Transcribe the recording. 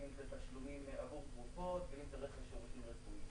אם זה תשלומים עבור תרופות ואם זה רכש שירותים רפואיים.